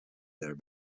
their